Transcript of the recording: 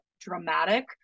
dramatic